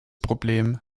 problem